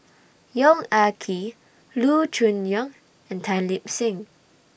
Yong Ah Kee Loo Choon Yong and Tan Lip Seng